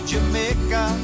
Jamaica